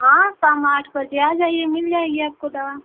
हाँ शाम आठ बजे आ जाइए मिल जाएगी आपको दवा